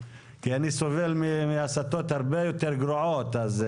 כי אני סובל מהסתות הרבה יותר גרועות.